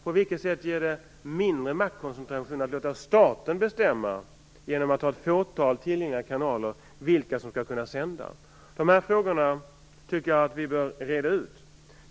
På vilket sätt ger det mindre maktkoncentration att låta staten bestämma, genom att ha ett fåtal tillgängliga kanaler, vilka som skall kunna sända? Dessa frågor tycker jag att vi bör reda ut.